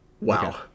Wow